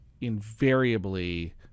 invariably